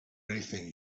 anything